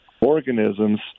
organisms